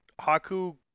Haku